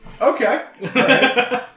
Okay